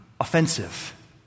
offensive